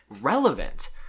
relevant